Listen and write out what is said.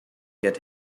get